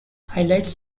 highlights